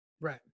Right